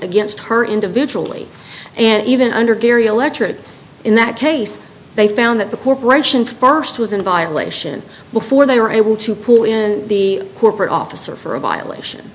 against her individually and even under gary electorate in that case they found that the corporation first was in violation before they were able to pull in the corporate officer for a violation